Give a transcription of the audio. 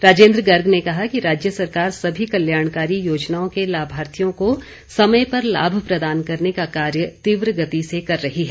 राजेन्द्र गर्ग ने कहा कि राज्य सरकार समी कल्याणकारी योजनाओं के लाभार्थियों को समय पर लाभ प्रदान करने का कार्य तीव्र गति से कर रही है